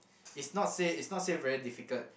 it's not say it's not say very difficult